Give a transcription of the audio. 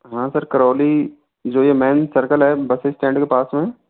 हाँ सर करौली जो ये मैन सर्कल है बस इस्टैंड के पास में